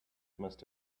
must